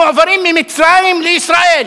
המועברים ממצרים לישראל.